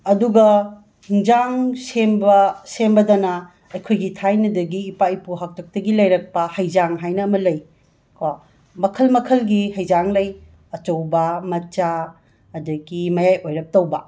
ꯑꯗꯨꯒ ꯍꯤꯟꯖꯥꯡ ꯁꯦꯝꯕ ꯁꯦꯝꯕꯗꯅ ꯑꯩꯈꯣꯏꯒꯤ ꯊꯥꯏꯅꯗꯒꯤ ꯏꯄꯥ ꯏꯄꯨ ꯍꯥꯛꯇꯛꯇꯒꯤ ꯂꯩꯔꯛꯄ ꯍꯩꯖꯥꯡ ꯍꯥꯏꯅ ꯑꯃ ꯂꯩ ꯀꯣ ꯃꯈꯜ ꯃꯈꯜꯒꯤ ꯍꯩꯖꯥꯡ ꯂꯩ ꯑꯆꯧꯕ ꯃꯆꯥ ꯑꯗꯒꯤ ꯃꯌꯥꯏ ꯑꯣꯏꯔꯞ ꯇꯧꯕ